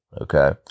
okay